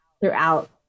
throughout